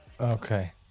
Okay